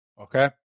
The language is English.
Okay